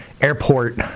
airport